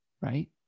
right